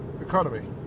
economy